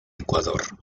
ecuador